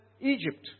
Egypt